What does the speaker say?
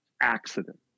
accident